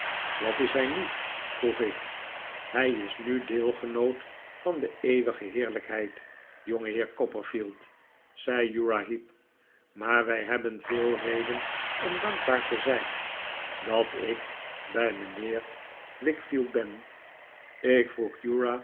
wat is hij nu vroeg ik hij is nu deelgenoot van de eeuwige heerlijkheid jongeheer copperfield zei uriah heep maar wij hebben veel reden om dankbaar te zijn dat ik bij mijnheer wickfield ben ik vroeg